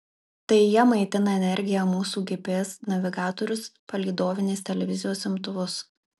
tai jie maitina energija mūsų gps navigatorius palydovinės televizijos imtuvus